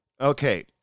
Okay